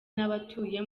n’abatuye